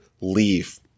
leave